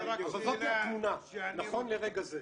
זאת התמונה נכון לרגע זה.